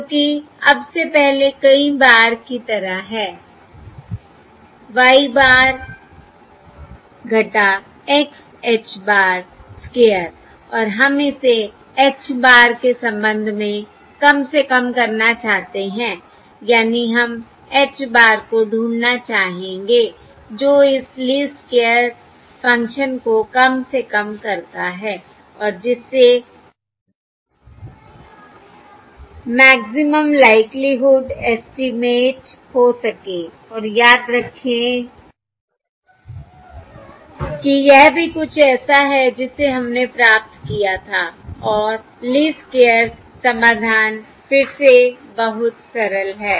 जो कि अब से पहले कई बार की तरह है Y bar -X H bar स्क्वेयरऔर हम इसे H bar के संबंध में कम से कम करना चाहते हैं यानी हम H bar को ढूंढना चाहेंगे जो इस लीस्ट स्क्वेयर फ़ंक्शन को कम से कम करता है और जिससे maximum likelihood estimate Maximum Likelihood Estimate हो सके और याद रखें कि यह भी कुछ ऐसा है जिसे हमने प्राप्त किया था और लीस्ट स्क्वेयर्स समाधान फिर से बहुत सरल है